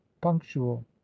punctual